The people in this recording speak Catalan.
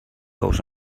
ous